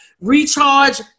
recharge